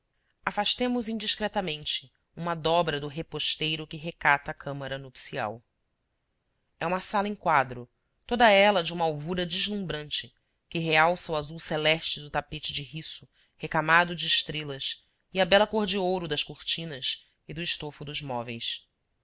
afastemos indiscretamente uma dobra do reposteiro que recata a câmara nupcial é uma sala em quadro toda ela de uma alvura deslumbrante que realça o azul celeste do tapete de riço recamado de estrelas e a bela cor de ouro das cortinas e do estofo dos móveis